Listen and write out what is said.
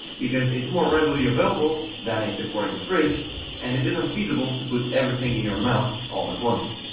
because it's more readily available that if it were in the fridge and it isn't feasible to put everything in your mouth all at once.